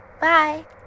Bye